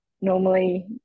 normally